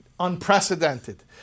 unprecedented